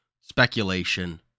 Speculation